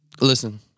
listen